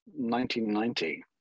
1990